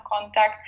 contact